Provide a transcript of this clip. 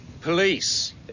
Police